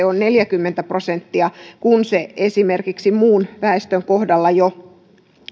on neljäkymmentä prosenttia kun se esimerkiksi muun väestön kohdalla